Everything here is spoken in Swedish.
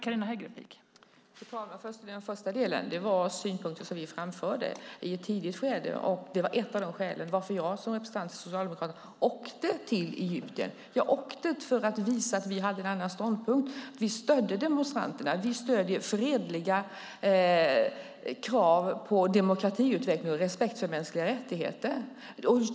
Fru talman! Den första delen gällde synpunkter som vi framförde i ett tidigt skede, och det var ett av skälen till att jag som representant för Socialdemokraterna åkte till Egypten. Jag åkte dit för att visa att vi hade en annan ståndpunkt. Vi stödde demonstranterna. Vi stöder fredliga krav på demokratiutveckling och respekt för mänskliga rättigheter.